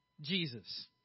Jesus